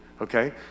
okay